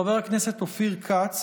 חבר הכנסת אופיר כץ,